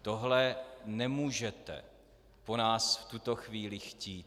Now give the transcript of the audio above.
Tohle nemůžete po nás v tuto chvíli chtít.